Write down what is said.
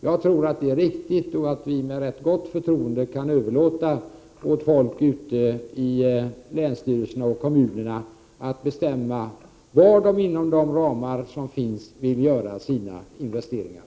Jag tror att det är riktigt och att vi med förtroende kan överlåta åt folk ute i länsstyrelserna och kommunerna att bestämma var man inom de ramar som finns vill göra sina investeringar.